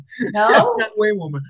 no